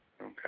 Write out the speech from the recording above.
Okay